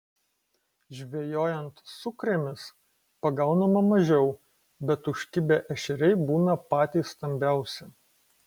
žvejojant sukrėmis pagaunama mažiau bet užkibę ešeriai būna patys stambiausi